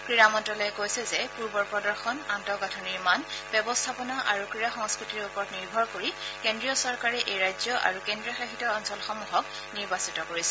ক্ৰীড়া মন্তালয়ে কৈছে যে পূৰ্বৰ প্ৰদৰ্শন আন্তঃগাঁথনিৰ মান ব্যৱস্থাপনা আৰু ক্ৰীড়া সংস্কৃতিৰ ওপৰত নিৰ্ভৰ কৰি কেন্দ্ৰীয় চৰকাৰে এই ৰাজ্য আৰু কেন্দ্ৰীয় শাসিত অঞ্চলসমূহক নিৰ্বাচন কৰিছে